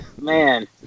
man